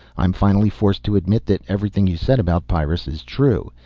i'm finally forced to admit that everything you said about pyrrus is true.